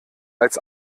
als